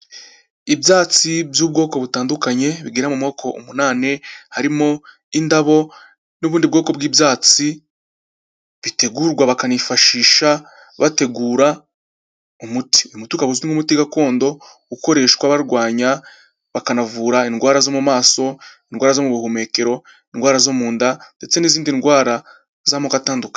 Ibyatsi by'ubwoko butandukanye bigera mu moko umunani, harimo indabo n'ubundi bwoko bw'ibyatsi, bitegurwa bakanifashisha bategura umuti, umuti ukaba uzwi nk'umuti gakondo ukoreshwa barwanya bakanavura indwara zo mu maso, indwara zo mu buhumekero, indwara zo mu nda,. ndetse n'izindi ndwara z'amoko atandukanye.